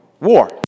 War